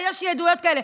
יש לי עדויות כאלה.